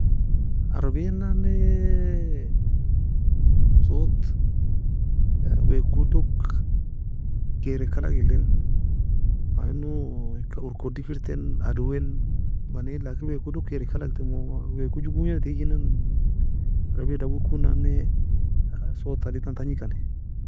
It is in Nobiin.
عربية nanne صوت weko doge, kairayka alag eli مع انه eka uorka odiker ten adwen manien لكن weko doge kairayka alag, temaw weko joe gognida teagejinan, عربية dawieko nanne sotta allin tani tagni kan.